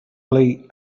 play